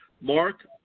Mark